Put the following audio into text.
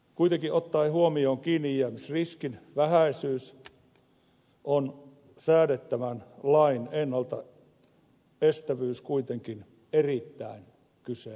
kuitenkin kun ottaa huomioon kiinnijäämisriskin vähäisyyden on säädettävän lain ennaltaestävyys erittäin kyseenalaista